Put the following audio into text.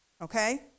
Okay